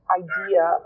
idea